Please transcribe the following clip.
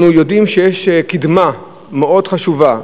אנחנו יודעים שיש אצלנו קידמה מאוד חשובה,